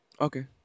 Okay